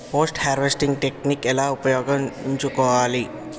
Post harvesting technique ఎలా ఉపయోగించుకోవాలి?